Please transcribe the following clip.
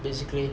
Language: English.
basically